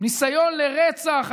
ניסיון לרצח.